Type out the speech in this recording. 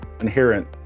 inherent